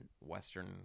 Western